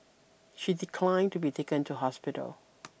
she declined to be taken to hospital